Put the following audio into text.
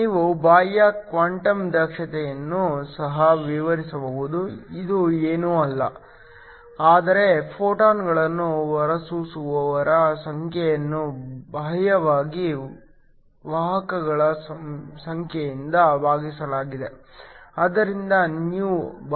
ನೀವು ಬಾಹ್ಯ ಕ್ವಾಂಟಮ್ ದಕ್ಷತೆಯನ್ನು ಸಹ ವಿವರಿಸಬಹುದು ಇದು ಏನೂ ಅಲ್ಲ ಆದರೆ ಫೋಟಾನ್ಗಳನ್ನು ಹೊರಸೂಸುವವರ ಸಂಖ್ಯೆಯನ್ನು ಬಾಹ್ಯವಾಗಿ ವಾಹಕಗಳ ಸಂಖ್ಯೆಯಿಂದ ಭಾಗಿಸಲಾಗಿದೆ